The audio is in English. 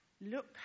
Look